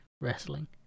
wrestling